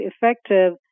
effective